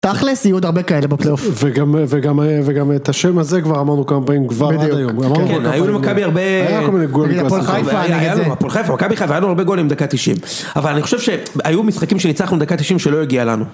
תכל'ס יהיו עוד הרבה כאלה בפלייאוף. וגם את השם הזה, כבר אמרנו כמה פעמים, כבר עד היום. כן, היו במכבי הרבה... היה לנו כל מיני גולים, הפועל חיפה. אני אגיד את זה. הפועל חיפה, מכבי חיפה, והיו לנו הרבה גולים דקה 90. אבל אני חושב שהיו משחקים שניצחנו דקה 90 שלא הגיע לנו.